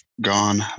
gone